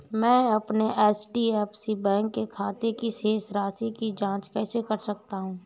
मैं अपने HDFC bank के खाते की शेष राशि की जाँच कैसे कर सकता हूँ?